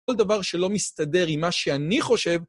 כל דבר שלא מסתדר עם מה שאני חושב...